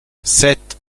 sept